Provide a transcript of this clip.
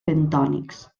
bentònics